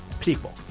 People